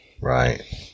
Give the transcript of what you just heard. right